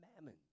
mammon